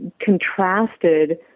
contrasted